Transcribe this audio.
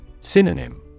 Synonym